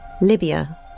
Libya